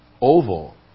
oval